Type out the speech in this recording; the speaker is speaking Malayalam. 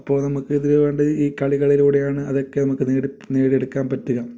അപ്പോൾ നമുക്ക് ഇതിലെ വേണ്ടത് ഈ കളികളിലൂടെയാണ് അതൊക്കെ നമുക്ക് നേടി നേടിയെടുക്കാൻ പറ്റുക